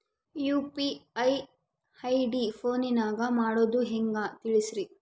UPI ID ಫೋನಿನಾಗ ಮಾಡೋದು ಹೆಂಗ ತಿಳಿಸ್ರಿ?